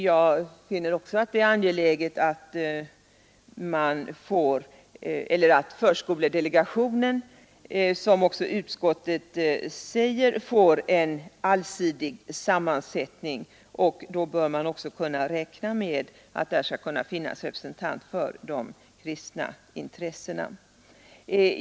Jag finner det också angeläget att förskoledelegationen, vilket även utskottet säger, får en allsidig sammansättning. Då bör man också kunna räkna med att det där skall finnas representanter för de kristna intressena.